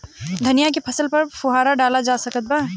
धनिया के फसल पर फुहारा डाला जा सकत बा?